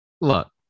Look